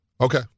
Okay